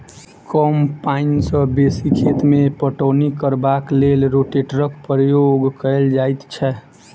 कम पाइन सॅ बेसी खेत मे पटौनी करबाक लेल रोटेटरक प्रयोग कयल जाइत छै